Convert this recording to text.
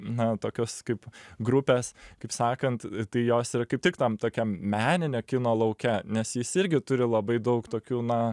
na tokios kaip grupės kaip sakant tai jos yra kaip tik tam tokiam meninio kino lauke nes jis irgi turi labai daug tokių na